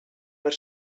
per